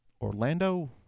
Orlando